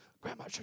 Grandma